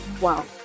wow